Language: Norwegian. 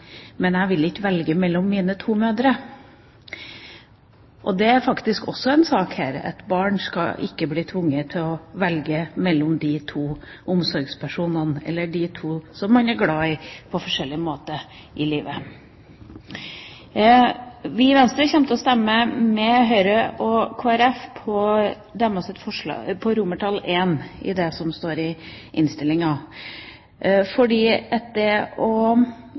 men jeg vil ikke velge mellom mine to mødre. Det er faktisk også en sak her, at barn ikke skal være tvunget til å velge mellom de to som man er glad i på forskjellige måter i livet sitt. Vi i Venstre kommer til å stemme for Høyre og Kristelig Folkepartis forslag nr. 2 I som står i innstillinga, fordi det å innse at foreldre aldri kommer til å